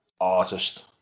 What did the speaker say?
artist